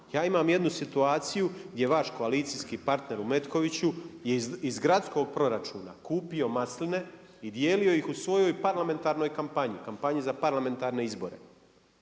Ja imam jednu situaciju gdje vaš koalicijski partner u Metkoviću je iz gradskog proračuna kupio masline i dijelio ih u svojoj parlamentarnoj kampanji, kampanji za parlamentarne izbore.